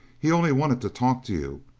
he only wanted to talk to you,